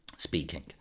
speaking